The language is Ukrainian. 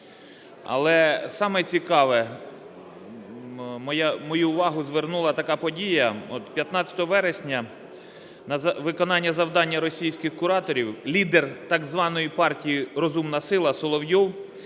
Але саме цікаве, мою увагу звернула така подія, от 15 вересня на виконання завдання російських кураторів лідер так званої партії "Розумна сила" Соловйов